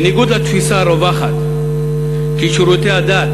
בניגוד לתפיסה הרווחת כי שירותי הדת